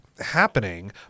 happening